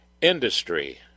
Industry